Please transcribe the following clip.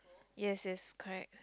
yes yes correct